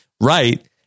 right